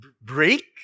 Break